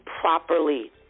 properly